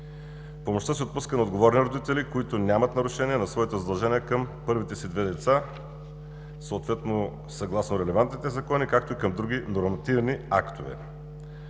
Помощта се отпуска на отговорни родители, които нямат нарушения на своите задължения към първите си две деца, съответно съгласно релевантните закони, както и към други нормативни актове.